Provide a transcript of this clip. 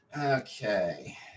Okay